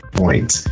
point